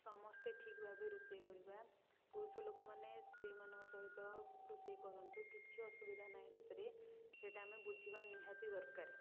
ସମସ୍ତେ ଠିକ ଭାବେ ରୋଷେଇ କରିବା ପୁରୁଷ ଲୋକମାନେ ସ୍ତ୍ରୀ ମାନଙ୍କ ସହିତ ରୋଷେଇ କରନ୍ତୁ କିଛି ଅସୁବିଧା ନାହିଁ ସେଥିରେ ସେଇଟା ଆମେ ବୁଝିବା ନିହାତି ଦରକାର